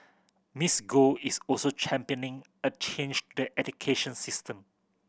Miss Go is also championing a change to the education system